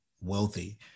wealthy